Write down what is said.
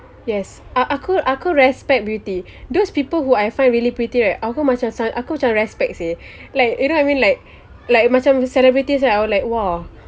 yes a~ a~ aku aku respect beauty those people who I find really pretty right aku macam aku macam respects seh like you know what I mean like like macam celebrities I would like !wah!